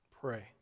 Pray